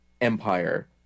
Empire